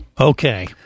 Okay